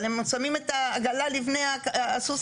אבל הם שמים את העגלה לפני הסוסים.